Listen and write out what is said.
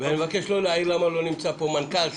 ואני מבקש לא להעיר למה לא נמצא פה מנכ"ל,